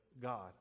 god